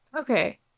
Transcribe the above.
Okay